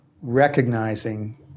recognizing